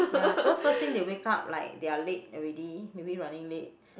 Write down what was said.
ya because first thing they wake up like they are late already maybe running late